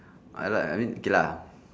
I like I mean okay lah